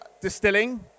distilling